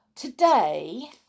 Today